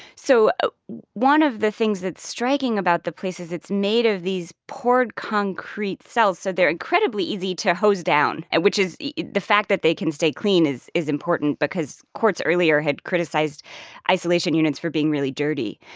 so one of the things that's striking about the place is it's made of these poured concrete cells. so they're incredibly easy to hose down, and which is the the fact that they can stay clean is is important because courts earlier had criticized isolation units for being really dirty.